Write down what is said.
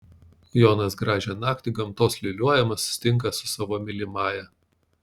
jonas gražią naktį gamtos liūliuojamas susitinka su savo mylimąja